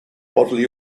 bodily